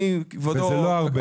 וזה לא הרבה.